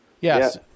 Yes